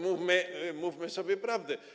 Mówmy sobie prawdę.